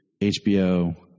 HBO